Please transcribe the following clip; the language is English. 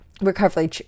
recovery